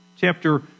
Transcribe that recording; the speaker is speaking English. chapter